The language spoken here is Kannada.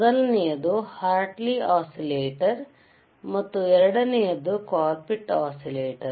ಮೊದಲನೆಯದು ಹಾರ್ಟ್ಲಿ ಒಸಿಲೇಟಾರ್ ಮತ್ತು ಎರಡನೆಯದು ಕೋಲ್ಪಿಟ್ಸ್ಒಸಿಲೇಟಾರ್